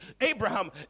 Abraham